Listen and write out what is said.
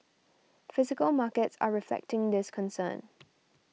physical markets are reflecting this concern